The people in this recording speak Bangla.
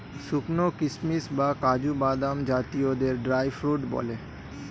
শুকানো কিশমিশ বা কাজু বাদাম জাতীয়দের ড্রাই ফ্রুট বলে